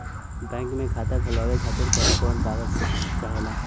Bank मे खाता खोलवावे खातिर कवन कवन कागज चाहेला?